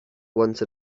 once